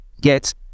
get